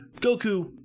Goku